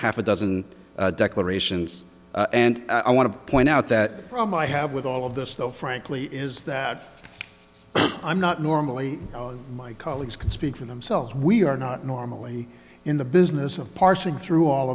half a dozen declarations and i want to point out that from i have with all of this though frankly is that i'm not normally my colleagues can speak for themselves we are not normally in the business of parsing through all